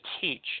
teach